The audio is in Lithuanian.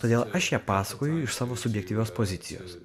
todėl aš ją pasakoju iš savo subjektyvios pozicijos